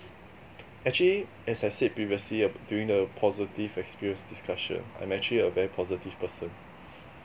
actually as I said previously doing the positive experience discussions I'm actually a very positive person